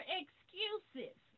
excuses